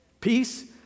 Peace